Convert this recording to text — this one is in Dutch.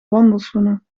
wandelschoenen